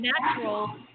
natural